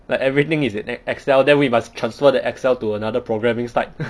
like everything is in ex~ excel then we must transfer the excel to another programming side